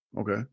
Okay